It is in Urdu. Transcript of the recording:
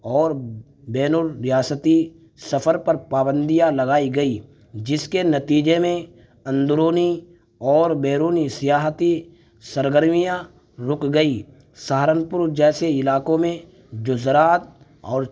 اور بین الریاستی سفر پر پابندیاں لگائی گئی جس کے نتیجے میں اندرونی اور بیرونی سیاحتی سرگرمیاں رک گئیں سہارنپور جیسے علاقوں میں جو زراعت اور